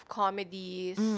comedies